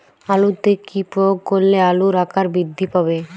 আলুতে কি প্রয়োগ করলে আলুর আকার বৃদ্ধি পাবে?